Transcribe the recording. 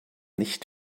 nicht